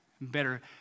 better